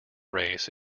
race